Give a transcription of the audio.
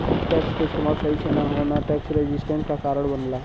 tax क इस्तेमाल सही से न होना टैक्स रेजिस्टेंस क कारण बनला